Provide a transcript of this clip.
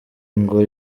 ngo